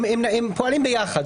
הם פועלים ביחד.